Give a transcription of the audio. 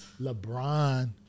LeBron